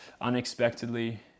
unexpectedly